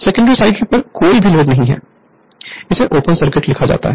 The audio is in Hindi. सेकेंडरी साइड पर कोई लोड नहीं है इसे ओपन सर्किट लिखा जाता है